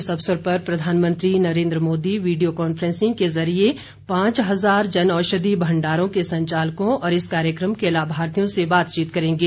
इस अवसर पर प्रधानमंत्री नरेन्द्र मोदी वीडियो काफ्रेंसिंग को जरिये पांच हजार जन औषधि भण्डारों के संचालकों और इस कार्यक्रम के लाभार्थियों से बातचीत करेंगे